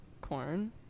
Corn